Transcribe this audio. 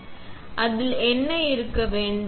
எனவே அதில் என்ன இருக்க வேண்டும்